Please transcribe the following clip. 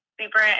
super